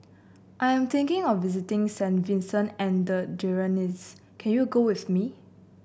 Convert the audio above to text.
I am thinking of visiting Saint Vincent and the Grenadines can you go with me